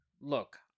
look